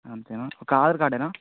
అంతేనా ఒక్క ఆధార్ కార్డేనా